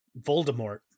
Voldemort